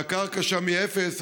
שהקרקע שם אפס,